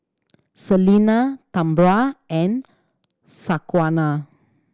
Salina Tambra and Shaquana